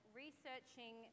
researching